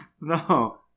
no